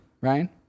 ryan